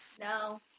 no